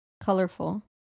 colorful